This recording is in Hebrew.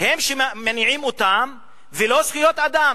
הם שמניעים אותם, ולא זכויות אדם.